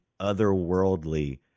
otherworldly